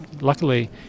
luckily